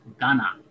Ghana